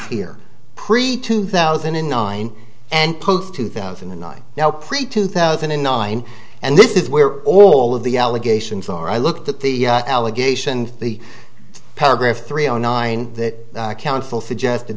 pre two thousand and nine and post two thousand and nine now pre two thousand and nine and this is where all of the allegations are i looked at the allegation and the paragraph three zero nine that counsel suggest